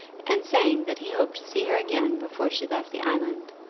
and saying that he hoped to see her again before she left the island.